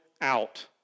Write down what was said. out